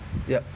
yup